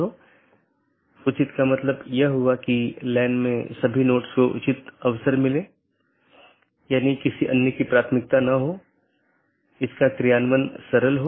तो एक BGP विन्यास एक ऑटॉनमस सिस्टम का एक सेट बनाता है जो एकल AS का प्रतिनिधित्व करता है